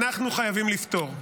אנחנו חייבים לפתור.